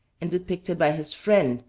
and depicted by his friend,